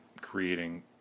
creating